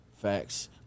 Facts